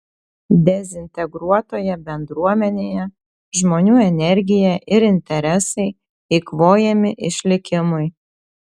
dezintegruotoje bendruomenėje žmonių energija ir interesai eikvojami išlikimui